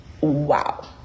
wow